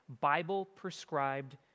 Bible-prescribed